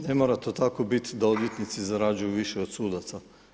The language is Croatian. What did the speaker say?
Ne mora to tako biti da odvjetnici zarađuju više od sudaca.